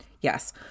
Yes